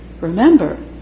Remember